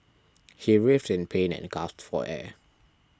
he writhed in pain and gasped for air